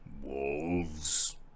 wolves